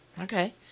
okay